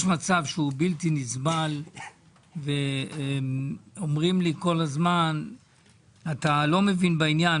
יש מצב שהוא בלתי נסבל ואומרים לי כל הזמן אתה לא מבין בעניין.